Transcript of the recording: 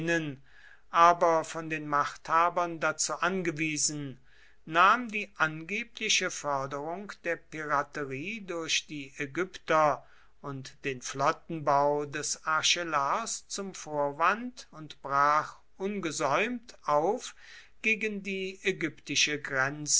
aber von den machthabern dazu angewiesen nahm die angebliche förderung der piraterie durch die ägypter und den flottenbau des archelaos zum vorwand und brach ungesäumt auf gegen die ägyptische